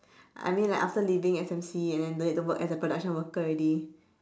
I mean like after leaving S_M_C and then don't need to work as a production worker already